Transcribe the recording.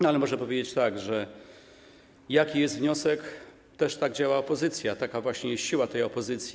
No ale można powiedzieć tak: jaki jest wniosek, tak też działa opozycja, taka właśnie jest siła tej opozycji.